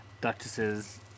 duchesses